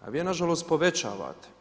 a vi ju nažalost povećavate.